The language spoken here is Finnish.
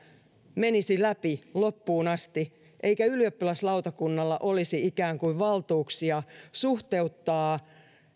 menisi läpi loppuun asti eikä ylioppilaslautakunnalla olisi valtuuksia suhteuttaa